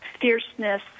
fierceness